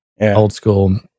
old-school